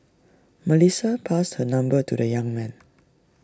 Melissa passed her number to the young man